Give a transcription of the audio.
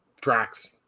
tracks